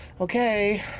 Okay